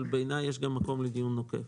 אבל בעיניי יש גם מקום לדיון נוקב,